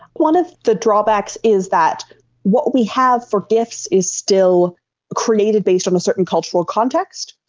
one of the drawbacks is that what we have for gifs is still created based on a certain cultural context,